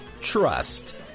Trust